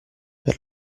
per